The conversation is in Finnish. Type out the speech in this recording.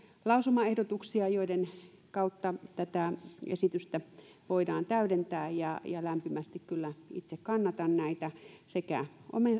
lausumaehdotuksia joiden kautta tätä esitystä voidaan täydentää ja ja lämpimästi kyllä itse kannatan tätä työstä maksamista sekä